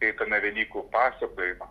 skaitome velykų pasakojimą